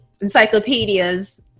encyclopedias